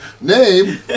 Name